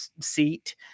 seat